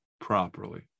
properly